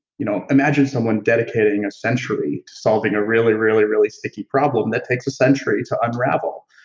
you know imagine someone dedicating a century solving a really, really, really sticky problem that takes a century to unravel,